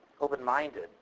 open-minded